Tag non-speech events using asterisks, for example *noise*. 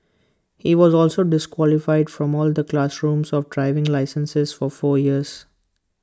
he was also disqualified from all the classrooms of driving *noise* licenses for four years